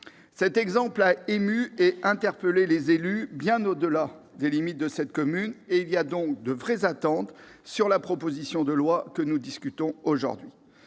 Cet exemple a ému et interpellé les élus bien au-delà des limites de cette commune, et il y a donc de vraies attentes à l'égard de la proposition de loi que nous discutons aujourd'hui.